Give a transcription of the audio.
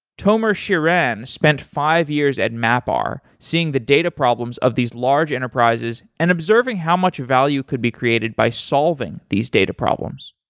tomer shiran the spent five years at mapr seeing the data problems of these large enterprises and observing how much value could be created by solving these data problems.